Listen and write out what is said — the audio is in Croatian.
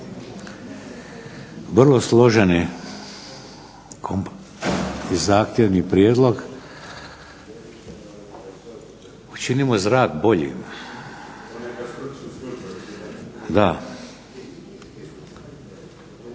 Vrlo složen i zahtjevan prijedlog. Učinimo zrak boljim.